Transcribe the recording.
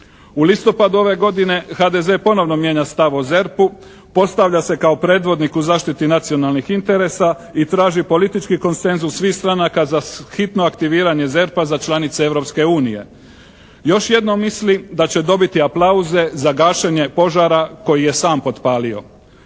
U listopadu ove godine HDZ ponovno mijenja stav o ZERP-u, postavlja se kao predvodnik u zaštiti nacionalnih interesa i traži politički konsenzus svih stranaka za hitno aktiviranje ZERP-a za članice Europske unije. Još jedno misli da će dobiti aplauze za gašenje požara koji je sam potpalio.